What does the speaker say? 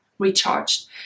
Recharged